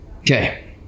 okay